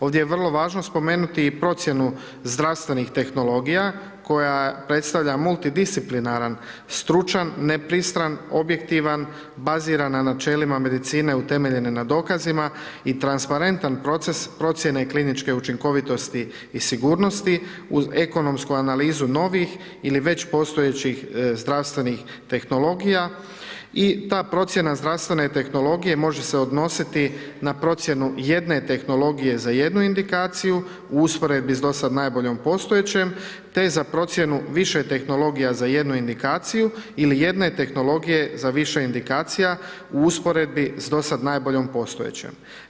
Ovdje je vrlo važno spomenuti i procjenu zdravstvenih tehnologija koja predstavlja multidisciplinaran, stručan, nepristran, objektivan, baziran na načelima medicine utemeljene na dokazima i transparentan proces procjene kliničke učinkovitosti i sigurnosti uz ekonomsku analizu novih ili već postojećih zdravstvenih tehnologija i ta procjena zdravstvene tehnologije može se odnositi na procjene jedne tehnologije za jednu indikaciju u usporedbi uz dosad najboljom postojećom te za procjenu više tehnologija za jednu indikaciju ili jedne tehnologije za više indikacija u usporedbi sa dosad najboljom postojećom.